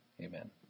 amen